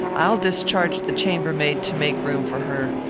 i'll discharge the chambermaid to make room for her.